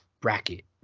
bracket